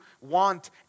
want